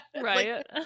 Right